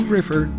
River